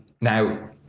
Now